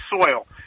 soil